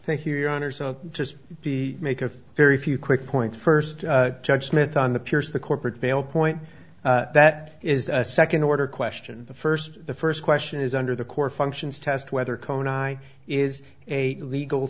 thank you your honor so just be make of very few quick points first judgment on the peers the corporate veil point that is a second order question the first the first question is under the core functions test whether cohen i is a legal